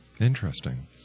Interesting